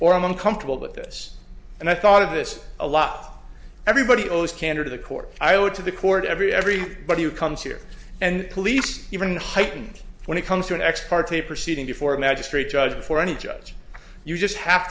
or i'm uncomfortable with this and i thought of this a lot everybody owes kandor to the court i owe it to the court every every body who comes here and police even heightened when it comes to an ex parte proceeding before a magistrate judge before any judge you just have